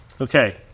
okay